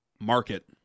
market